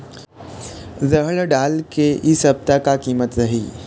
रहड़ दाल के इ सप्ता का कीमत रही?